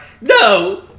No